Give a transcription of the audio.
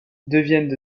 deviennent